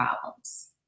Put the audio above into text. problems